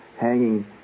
hanging